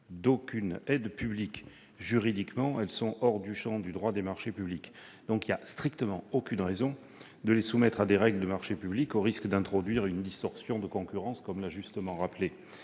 d'aucune aide publique. Juridiquement, elles sont hors du champ du droit des marchés publics. Il n'y a donc strictement aucune raison de les soumettre à des règles de marché public, au risque d'introduire une distorsion de concurrence, comme Mme la